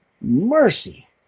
Mercy